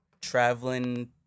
traveling